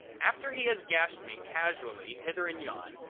after he has gashed me casually hither and yen,